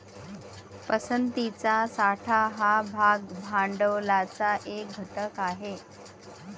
पसंतीचा साठा हा भाग भांडवलाचा एक घटक आहे